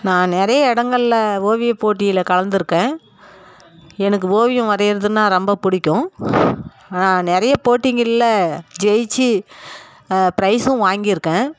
நான் நிறைய இடங்கள்ல ஓவியப் போட்டியில் கலந்திருக்கேன் எனக்கு ஓவியம் வரையுறதுன்னால் ரொம்ப பிடிக்கும் நான் நிறைய போட்டிங்களில் ஜெயிச்சு ப்ரைஸும் வாங்கியிருக்கேன்